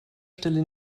stelle